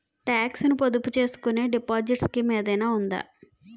Talks ను పొదుపు చేసుకునే డిపాజిట్ స్కీం ఏదైనా ఉందా?